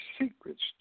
secrets